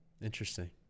Interesting